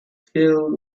filled